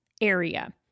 area